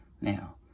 Now